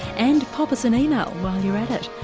and pop us an email while you're at it.